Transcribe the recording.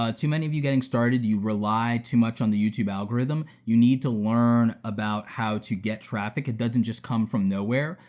ah too many of you getting started, you rely too much on the youtube algorithm, you need to learn about how to get traffic, it doesn't just come from nowhere.